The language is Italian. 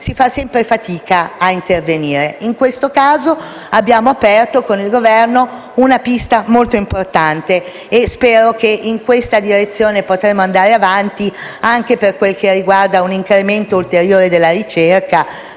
si fa sempre fatica a intervenire. In questo caso, abbiamo aperto con il Governo una pista molto importante e spero che potremo andare avanti in questa direzione anche per quanto riguarda un incremento ulteriore della ricerca